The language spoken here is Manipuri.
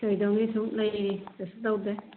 ꯀꯩꯗꯧꯅꯤ ꯁꯨꯝ ꯂꯩꯔꯤ ꯀꯩꯁꯨ ꯇꯧꯗꯦ